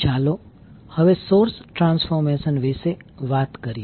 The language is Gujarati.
ચાલો હવે સોર્સ ટ્રાન્સફોર્મેશન વિશે વાત કરીએ